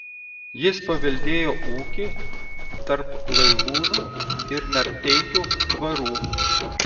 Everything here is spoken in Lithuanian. jis paveldėjo ūkį tarp lailūnų ir narteikių dvarų